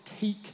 take